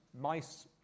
Mice